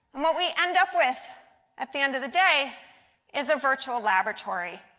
what we end up with at the end of the day is a virtual laboratory.